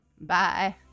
Bye